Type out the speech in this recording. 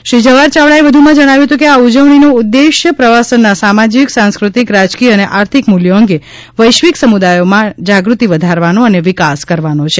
શ્રી જવાહર ચાવડાએ વધુમાં જણાવ્યું હતું કે આ ઉજવણીનો ઉદેશ પ્રવાસનના સામાજિક સાંસ્કૃતિક રાજકીય અને આર્થિક મૂલ્યો અંગે વૈશ્વિક સમુદાયોમાં જાગૃતિ વધારવાનો અને વિકાસ કરવાનો છે